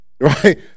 Right